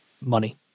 money